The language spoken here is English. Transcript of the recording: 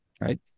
right